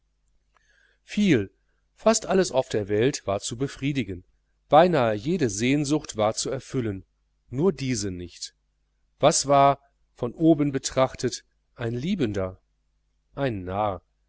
viel fast alles auf der welt war zu befriedigen beinahe jede sehnsucht war zu erfüllen nur diese nicht was war von oben betrachtet ein liebender ein narr